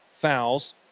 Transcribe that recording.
fouls